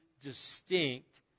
distinct